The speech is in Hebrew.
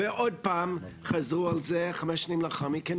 ועוד פעם חזרו על זה 15 שנים לאחר מכן,